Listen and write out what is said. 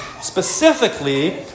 specifically